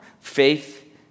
faith